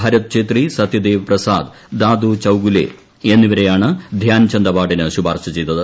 ഭരത് ഛ്വേതി പ്പ് സത്യദേവ് പ്രസാദ് ദാദു ചൌഗുലെ എന്നിവരെയാണ് പ്യോൻചന്ദ് അവാർഡിന് ശുപാർശ ചെയ്തത്